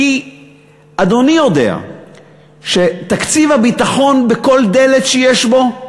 כי אדוני יודע שתקציב הביטחון, בכל דלת שיש בו,